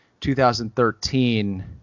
2013